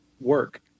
work